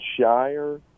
Shire